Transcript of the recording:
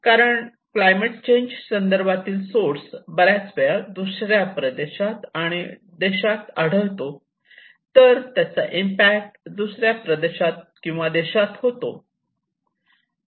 कारण climate change संदर्भातील source बऱ्याच वेळा दुसऱ्या प्रदेशात आणि देशात आढळतो तर त्याचा इम्पॅक्ट दुसऱ्या प्रदेशात किंवा देशात होतो